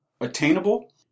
attainable